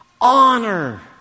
honor